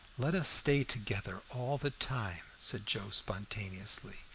let us stay together all the time, said joe spontaneously,